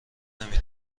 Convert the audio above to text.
نمی